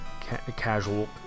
casual